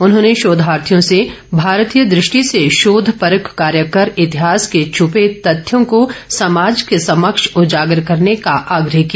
उन्होंने शोधार्थियों से भारतीय दृष्टि से शोध परक कार्य कर इतिहास के छपे तथ्यों को समाज के समक्ष उजागर करने का आग्रह किया